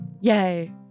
Yay